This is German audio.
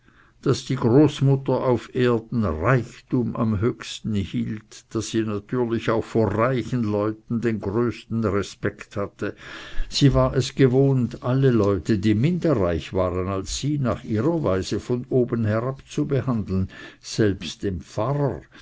daß die großmutter auf erden reichtum am höchsten hielt daß sie also auch vor reichen leuten den größten respekt haben mußte sie war es gewohnt alle leute die minder reich waren als sie nach ihrer weise von oben herab zu behandeln selbst den pfarrer